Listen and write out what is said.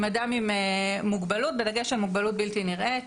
אדם עם מוגבלות בדגש על מוגבלות בלתי נראית.